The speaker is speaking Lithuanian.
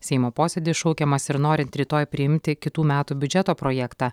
seimo posėdis šaukiamas ir norint rytoj priimti kitų metų biudžeto projektą